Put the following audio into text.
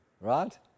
Right